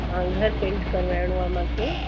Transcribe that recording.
हा घरु पेंट करवाइणो आहे मूंखे